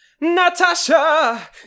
Natasha